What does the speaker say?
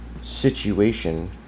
situation